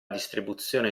distribuzione